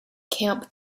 camp